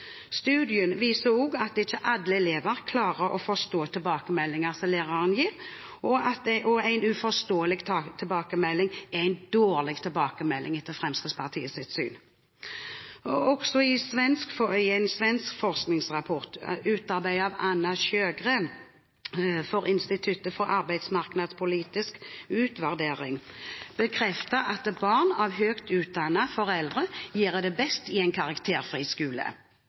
Studien viser også at ikke alle elever klarer å forstå tilbakemeldingene som læreren gir, og en uforståelig tilbakemelding er en dårlig tilbakemelding, etter Fremskrittspartiets syn. Også en svensk forskningsrapport utarbeidet av Anna Sjögren for Institutet for arbetsmarknadspolitisk utvärdering bekrefter at barn av høyt utdannede foreldre gjør det best i en